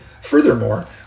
Furthermore